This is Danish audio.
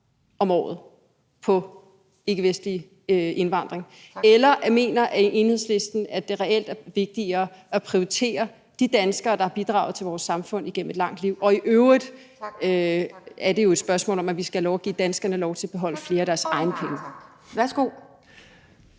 om året på ikkevestlig indvandring? Eller mener Enhedslisten, at det reelt er vigtigere at prioritere de danskere, der har bidraget til vores samfund igennem et langt liv? Og i øvrigt er det jo et spørgsmål om, at vi skal have lov at give danskerne lov til at beholde flere af deres egne penge. Kl.